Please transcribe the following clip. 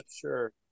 Sure